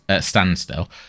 standstill